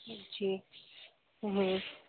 ठीकु